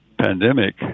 pandemic